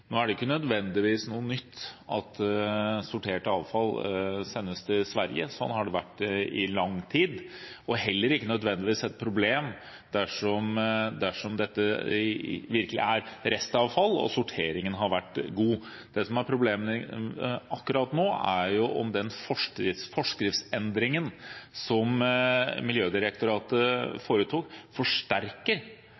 Nå er det ikke noe nytt at sortert avfall sendes til Sverige – sånn har det vært i lang tid – og heller ikke nødvendigvis et problem dersom dette virkelig er restavfall og sorteringen har vært god. Det som er problemet akkurat nå, er om den forskriftsendringen som Miljødirektoratet har foretatt, forsterker